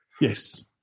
Yes